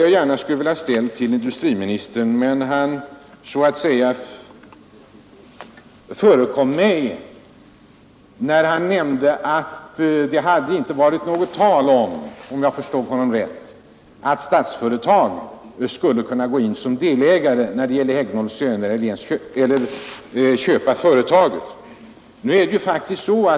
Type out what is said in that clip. Jag hade gärna velat ställa en fråga till industriministern, men han förekom mig när han nämnde att det inte — om jag förstod honom rätt — hade varit tal om att Statsföretag skulle kunna gå in som delägare i Hägglund & Söner eller köpa företaget.